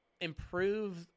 improve